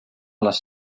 les